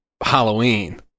Halloween